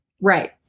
Right